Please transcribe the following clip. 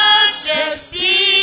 Majesty